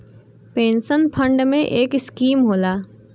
pension fund में एक scheme होला